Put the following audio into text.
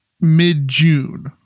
mid-june